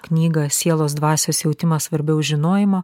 knygą sielos dvasios jautimas svarbiau už žinojimą